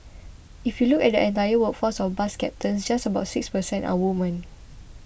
if you look at the entire workforce of bus captains just about six per cent are women